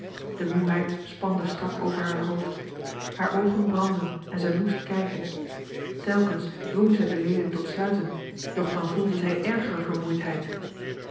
de moeheid spande strak over haar hoofd haar oogen brandden en zij moest kijken telkens dwong zij de leden tot sluiten doch dan voelde zij erger vermoeidheid